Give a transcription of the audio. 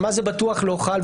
על מה זה בטוח לא חל,